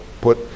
put